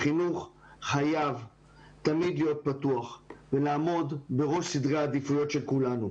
החינוך חייב תמיד להיות פתוח ולעמוד בראש סדרי העדיפויות של כולנו,